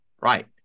right